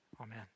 Amen